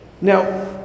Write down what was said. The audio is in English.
Now